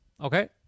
Okay